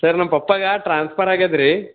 sir ನಮ್ಮ ಪಪ್ಪಾಗೆ transfer ಆಗಿದ್ರಿ